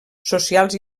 socials